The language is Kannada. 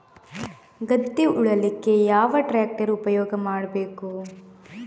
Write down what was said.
ಗದ್ದೆ ಉಳಲಿಕ್ಕೆ ಯಾವ ಟ್ರ್ಯಾಕ್ಟರ್ ಉಪಯೋಗ ಮಾಡಬೇಕು?